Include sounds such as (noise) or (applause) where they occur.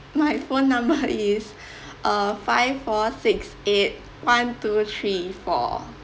my phone number is (breath) uh five four six eight one two three four